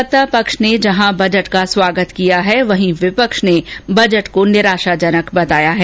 सत्तापक्ष ने जहां बजट का स्वागत किया है वहीं विपक्ष ने बजट को निराशाजनक बताया है